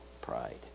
pride